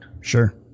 Sure